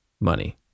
money